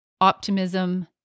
optimism